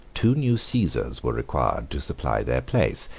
two new caesars were required to supply their place,